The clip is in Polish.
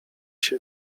się